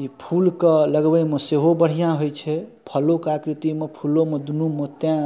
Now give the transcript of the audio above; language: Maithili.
ई फूलके लगबैमे सेहो बढ़िआँ होइ छै फलोके आकृतिमे फूलोमे दुन्नूमे तैं